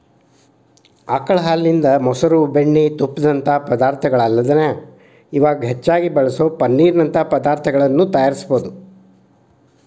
ಆಕಳ ಹಾಲಿನಿಂದ, ಮೊಸರು, ಬೆಣ್ಣಿ, ತುಪ್ಪದಂತ ಪದಾರ್ಥಗಳಲ್ಲದ ಇವಾಗ್ ಹೆಚ್ಚಾಗಿ ಬಳಸೋ ಪನ್ನೇರ್ ನಂತ ಪದಾರ್ತಗಳನ್ನ ತಯಾರಿಸಬೋದು